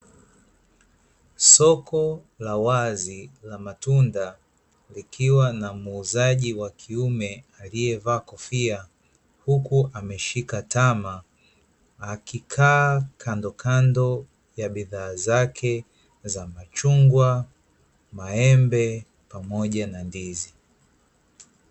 Soko la wazi la matunda likiwa na muuzaji wa kiume aliyevaa kofia huku ameshika tama, akikaa kandokando ya bidhaa zake za machungwa, maembe pamoja na ndizi.